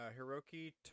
Hiroki